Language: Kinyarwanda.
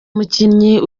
umukinnyi